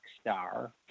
star